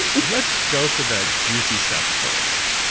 let's go for the juicy stuff first.